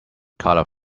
colored